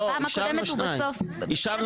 בפעם הקודמת הוא בסוף אישר רק אחד.